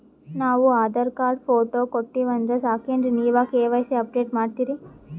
ನಾವು Aadhaar card, photo ಕೊಟ್ಟೀವಂದ್ರ ಸಾಕೇನ್ರಿ ನೀವ ಕೆ.ವೈ.ಸಿ ಅಪಡೇಟ ಮಾಡ್ತೀರಿ?